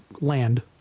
land